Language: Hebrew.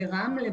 רמלה,